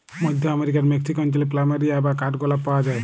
মধ্য আমরিকার মেক্সিক অঞ্চলে প্ল্যামেরিয়া বা কাঠগলাপ পাওয়া যায়